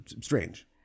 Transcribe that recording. strange